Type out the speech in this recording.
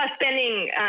spending